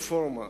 רפורמה,